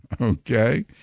okay